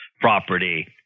property